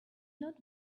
not